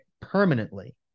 permanently